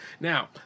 Now